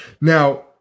Now